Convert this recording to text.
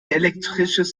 elektrisches